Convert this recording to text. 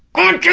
and